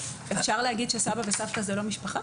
אפשר להגיד שסבא וסבתא זה לא משפחה?